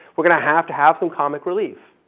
we're going to have to have some comic relief.